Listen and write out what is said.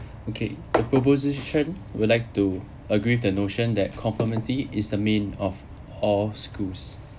okay the proposition would like to agree the notion that conformity is the main of all schools